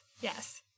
yes